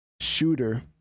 shooter